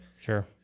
Sure